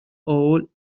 all